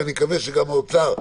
אז זה לא משנה אם אז אושר,